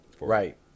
Right